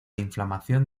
inflamación